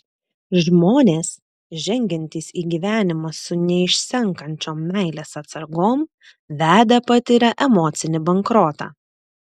žmonės žengiantys į gyvenimą su neišsenkančiom meilės atsargom vedę patiria emocinį bankrotą